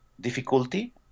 difficulty